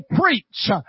preach